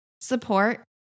support